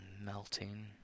melting